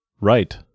Right